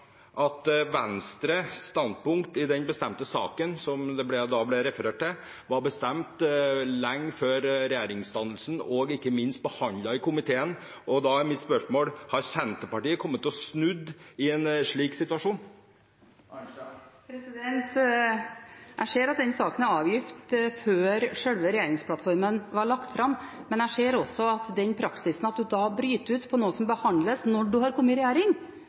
at Venstres standpunkt i den bestemte saken som det da ble referert til, var bestemt lenge før regjeringsdannelsen – og ikke minst behandlet i komiteen? Da er mitt spørsmål: Hadde Senterpartiet kommet til å snu i en slik situasjon? Jeg ser at den saken var avgitt før sjølve regjeringsplattformen var lagt fram, men jeg ser også at den praksisen med at en bryter ut når det gjelder noe som behandles i Stortinget, når en har kommet i regjering,